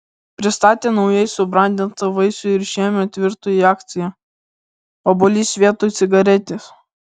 pristatė naujai subrandintą vaisių ir šiemet virto į akciją obuolys vietoj cigaretės